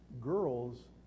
girls